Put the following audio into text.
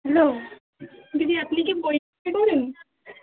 hello দিদি আপনি কি বই করেন